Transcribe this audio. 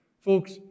Folks